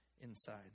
inside